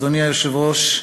אדוני היושב-ראש,